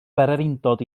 bererindod